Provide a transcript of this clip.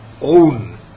own